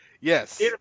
Yes